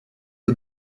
aux